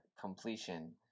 completion